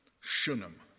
Shunem